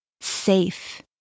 safe